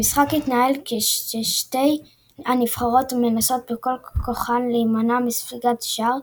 המשחק התנהל כששתי הנבחרות מנסות בכל כוחן להימנע מספיגת שער,